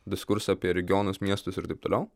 diskursą apie regionus miestus ir taip toliau